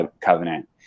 Covenant